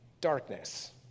Darkness